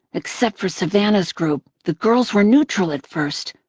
except for savanna's group, the girls were neutral at first.